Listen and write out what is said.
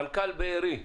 מנכ"ל בארי.